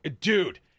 Dude